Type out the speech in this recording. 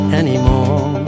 anymore